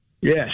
yes